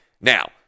Now